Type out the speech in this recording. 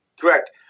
correct